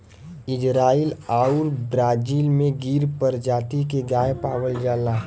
Israel आउर Brazil में गिर परजाती के गाय पावल जाला